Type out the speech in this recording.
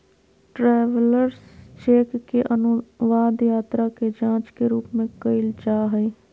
travellers cheque के अनुवाद यात्रा के जांच के रूप में कइल जा हइ